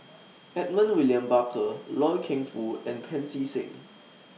Edmund William Barker Loy Keng Foo and Pancy Seng